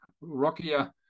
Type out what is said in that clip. rockier